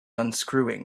unscrewing